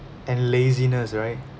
and laziness right